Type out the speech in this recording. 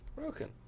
Broken